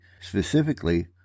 specifically